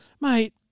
Mate